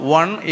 one